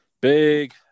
Big